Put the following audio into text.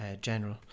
general